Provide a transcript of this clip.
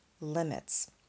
limits